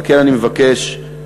על כן אני מבקש באמת,